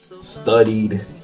studied